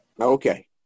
Okay